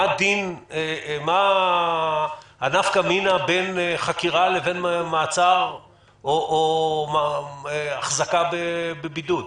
מה הנפקא מינא בין חקירה לבין מעצר או החזקה בבידוד?